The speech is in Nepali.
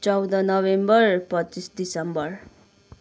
चौध नोभेम्बर पच्चिस डिसेम्बर